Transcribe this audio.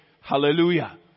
Hallelujah